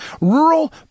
rural